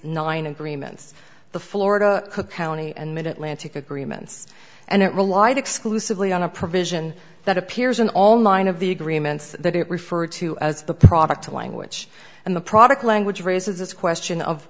nine agreements the florida cook county and minuteman tick agreements and it relied exclusively on a provision that appears in all nine of the agreements that it referred to as the product of language and the product language raises this question of